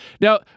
Now